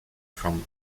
from